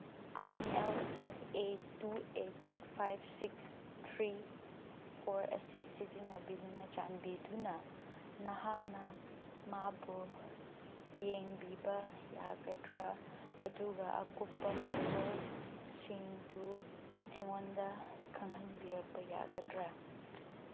I L F A two eight five six three four ꯑꯁꯤ ꯁꯤꯖꯤꯟꯅꯕꯤꯗꯨꯅ ꯆꯥꯟꯕꯤꯗꯨꯅ ꯅꯍꯥꯛꯅ ꯃꯥꯕꯨ ꯌꯦꯡꯕꯤꯕ ꯌꯥꯒꯗ꯭ꯔꯥ ꯑꯗꯨꯒ ꯑꯀꯨꯞꯄ ꯃꯔꯣꯜꯁꯤꯡꯗꯨ ꯑꯩꯉꯣꯟꯗ ꯈꯪꯍꯟꯕꯤꯔꯛꯄ ꯌꯥꯒꯗ꯭ꯔꯥ